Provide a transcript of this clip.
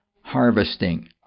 harvesting